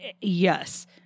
yes